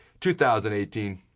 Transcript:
2018